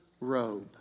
robe